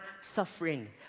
suffering